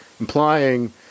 Implying